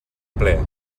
ple